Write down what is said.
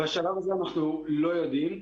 בשלב הזה אנחנו לא יודעים.